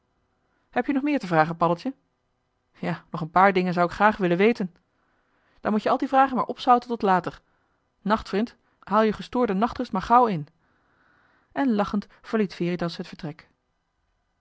heb-je nog meer te vragen paddeltje ja nog een paar dingen zou ik graag willen weten dan moet-je al die vragen maar opzouten tot later nacht vrind haal je gestoorde nachtrust maar gauw in en lachend verliet veritas het vertrek